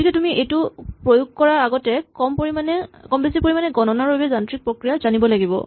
গতিকে তুমি এইটো প্ৰয়োগ কৰাৰ আগতে কম বেছি পৰিমাণে গণনাৰ বাৰে যান্ত্ৰিক প্ৰক্ৰিয়া জানিব লাগিব